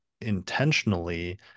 intentionally